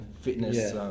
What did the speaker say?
fitness